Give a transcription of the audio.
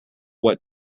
what